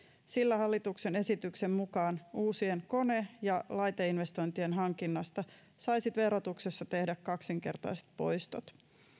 sillä hallituksen esityksen mukaan uusien kone ja laiteinvestointien hankinnasta saisi verotuksessa tehdä kaksinkertaiset poistot